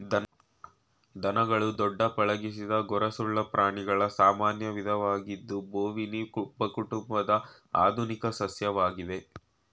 ದನಗಳು ದೊಡ್ಡ ಪಳಗಿಸಿದ ಗೊರಸುಳ್ಳ ಪ್ರಾಣಿಗಳ ಸಾಮಾನ್ಯ ವಿಧವಾಗಿದ್ದು ಬೋವಿನಿ ಉಪಕುಟುಂಬದ ಆಧುನಿಕ ಸದಸ್ಯವಾಗಿವೆ